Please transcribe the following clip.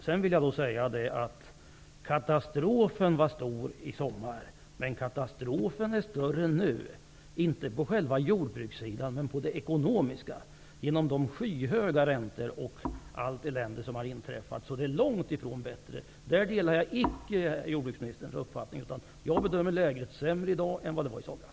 Sedan vill jag säga att katastrofen var stor i somras, men den är större nu -- inte på själva jordbrukssidan, men på den ekonomiska, genom skyhöga räntor och allt elände som har inträffat. Läget är alltså långt ifrån bättre nu. Jag delar icke jordbruksministerns upppfattning, utan jag bedömer läget som sämre i dag.